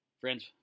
friends